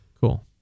cool